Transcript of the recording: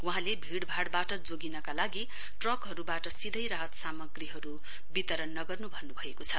वहाँले भीड़ भाड़बाट जोगिनका लागि ट्रकहरूबाट सीधै राहत सामग्रीहरू वितरण नगर्नु भन्नुभएको छ